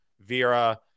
Vera